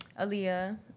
Aaliyah